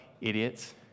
idiots